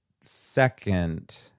second